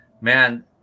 man